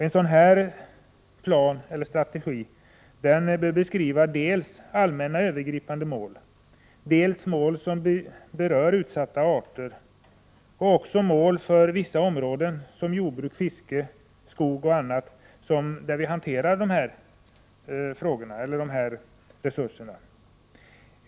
En sådan plan eller strategi bör beskriva dels allmänna, övergripande mål, dels mål som berör utsatta arter, dels också mål för vissa områden, såsom jordbruk, fiske, skogsbruk och annat, där vi hanterar de här resurserna.